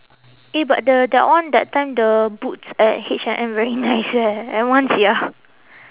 eh but the that one that time the boots at H&M very nice eh I want sia